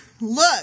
Look